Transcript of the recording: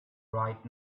right